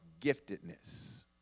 giftedness